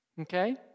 Okay